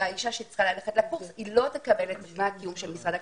האישה שצריכה ללכת לקורס לא תקבל את דמי הקיום של משרד הקליטה.